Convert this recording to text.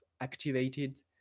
activated